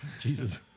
Jesus